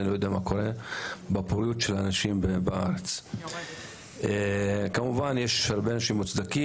אני לא יודע מה קורה בפוריות של האנשים בארץ וכמובן שיש הרבה מוצדקים.